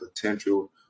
potential